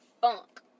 funk